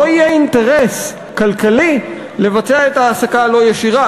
לא יהיה אינטרס כלכלי לבצע את ההעסקה הלא-ישירה.